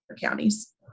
counties